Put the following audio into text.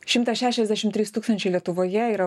šimtas šešiasdešimt trys tūkstančia lietuvoje yra